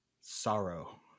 sorrow